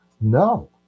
No